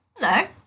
Hello